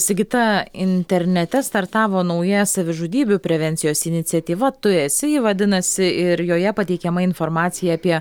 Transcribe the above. sigita internete startavo nauja savižudybių prevencijos iniciatyva tu esi ji vadinasi ir joje pateikiama informacija apie